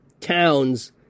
towns